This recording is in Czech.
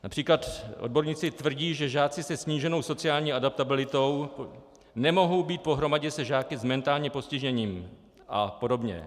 Například odborníci tvrdí, že žáci se sníženou sociální adaptabilitou nemohou být pohromadě se žáky s mentálním postižením apod.